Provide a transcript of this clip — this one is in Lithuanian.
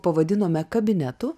pavadinome kabinetu